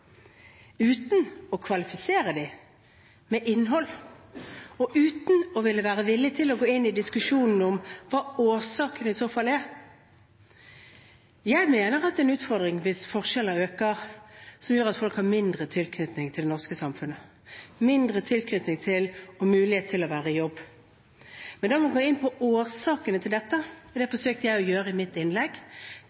uten å kvalifisere dem med innhold og uten å være villig til å gå inn i diskusjonen om hva årsakene i så fall er. Jeg mener at det er en utfordring hvis forskjellene som gjør at folk har mindre tilknytning til det norske samfunnet og mindre mulighet til å være i jobb, øker. Men da må man gå inn på årsakene til dette, og det